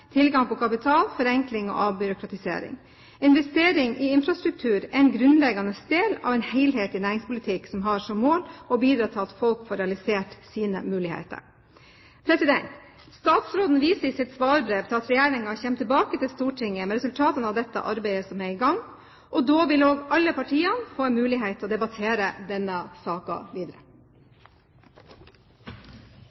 tilgang på kapital, forenkling og avbyråkratisering. Investering i infrastruktur er en grunnleggende del av en helhetlig næringspolitikk som har som mål å bidra til at folk får realisert sine muligheter. Statsråden viser i sitt svarbrev til at regjeringen kommer tilbake til Stortinget med resultatene av det arbeidet som er i gang. Da vil alle partiene få en mulighet til å debattere denne saken videre.